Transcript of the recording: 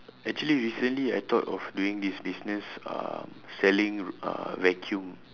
actually recently I thought of doing this business um selling uh vacuum